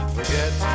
Forget